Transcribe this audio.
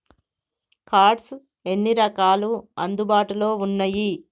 Cards ఎన్ని రకాలు అందుబాటులో ఉన్నయి?